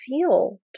feel